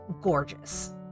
gorgeous